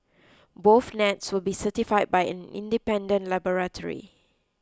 both nets will be certify by an independent laboratory